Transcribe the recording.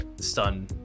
stun